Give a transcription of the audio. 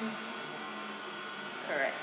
mm correct